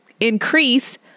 Increase